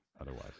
otherwise